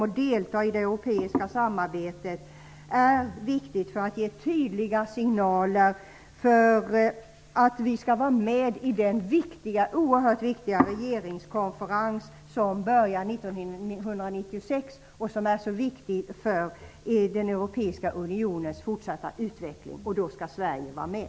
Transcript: Att delta i det europeiska samarbetet är viktigt för att ge tydliga signaler om att vi skall vara med i den oerhört viktiga regeringskonferens som börjar 1996, vilken är så angelägen för den europeiska unionens fortsatta utveckling. Då skall Sverige vara med!